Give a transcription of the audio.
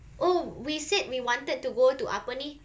oh we said we wanted to go to apa ni